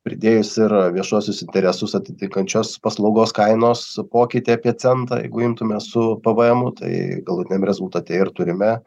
pridėjus ir viešuosius interesus atitinkančios paslaugos kainos pokytį apie centą jeigu imtume su pvmu tai galutiniam rezultate ir turime